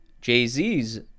Jay-Z's